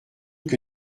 que